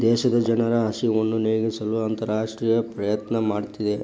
ದೇಶದ ಜನರ ಹಸಿವನ್ನು ನೇಗಿಸಲು ಅಂತರರಾಷ್ಟ್ರೇಯ ಪ್ರಯತ್ನ ಮಾಡುತ್ತಿದೆ